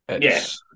Yes